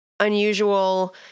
unusual